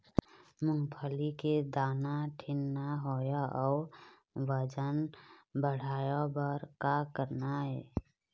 मूंगफली के दाना ठीन्ना होय अउ वजन बढ़ाय बर का करना ये?